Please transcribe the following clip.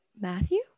Matthew